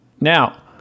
Now